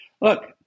Look